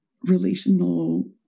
relational